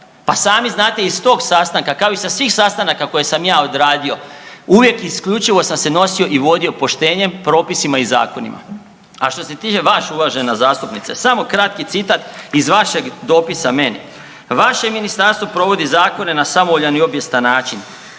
Pa sami znate i s tog sastanka kao i sa svih sastanaka koje sam ja odradio uvijek isključivo sam se nosio i vodio poštenjem, propisima i zakonima. A što se tiče vas uvažena zastupnice, samo kratki citat iz vašeg dopisa meni, vaše ministarstvo provodi zakone na samovoljan i obijestan način.